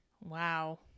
Wow